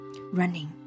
running